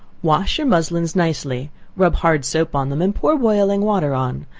wash your muslins nicely rub hard soap on them, and pour boiling water on,